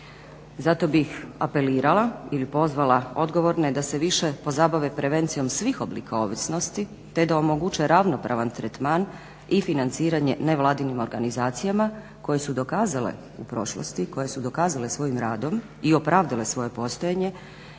Zato bih apelirala ili pozvala odgovorene da se više pozabave prevencijom svih oblika ovisnosti, te da omoguće ravnopravan tretman i financiranje nevladinim organizacijama koje su dokazale u prošlost, koje su dokazale svojim radom i opravdale svoje postojanje